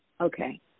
okay